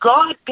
God